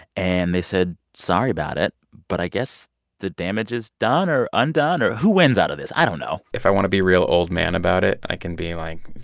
and they said, sorry about it. but i guess the damage is done or undone or who wins out of this? i don't know if i want to be real old-man about it, i can be like,